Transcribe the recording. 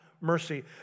mercy